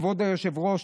כבוד היושב-ראש,